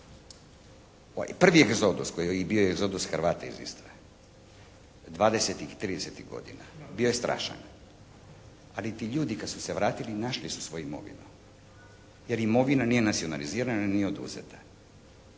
Prvi egzodus bio je egzodus Hrvata iz Istre 20-tih, 30-tih godina bio je strašan, ali ti ljudi kad su se vratili našli su svoju imovinu jer imovina nije nacionalizirana, nije oduzeta.